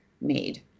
made